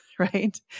right